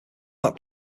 that